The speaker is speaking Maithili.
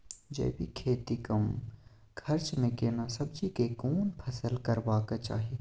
जैविक खेती कम खर्च में केना सब्जी के कोन फसल करबाक चाही?